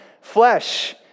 flesh